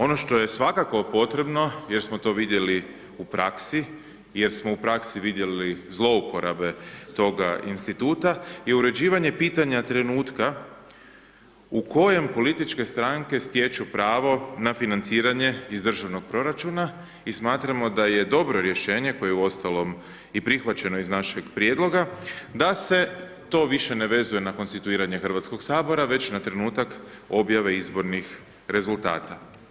Ono što je svakako potrebno jer smo to vidjeli u praksi, jer smo u praksi vidjelo zlouporabe toga instituta je uređivanje pitanja trenutka u kojem političke stranke stječu pravo na financiranje iz državnog proračuna i smatramo da je dobro rješenje koje je uostalom i prihvaćeno iz našeg prijedloga da se to više ne vezuje na konstituiranje Hrvatskog sabora već na trenutak objave izbornih rezultata.